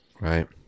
right